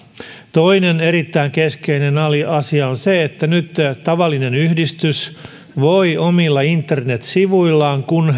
toinen erittäin keskeinen asia on se että nyt tavallinen yhdistys voi myös omilla internetsivuillaan kun